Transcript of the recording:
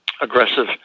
aggressive